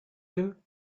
you